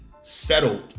settled